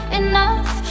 enough